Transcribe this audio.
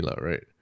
right